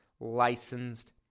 licensed